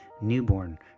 newborn